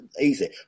easy